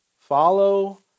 Follow